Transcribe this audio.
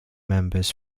members